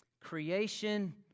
creation